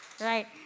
Right